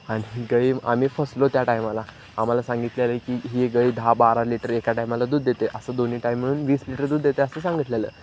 आणि गाय आम्ही फसलो त्या टायमाला आम्हाला सांगितलेलं की ही गाय दहा बारा लिटर एका टायमाला दूध देते असं दोन्ही टाईम मिळून वीस लिटर दूध देते असं सांगितलेलं